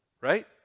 right